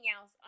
else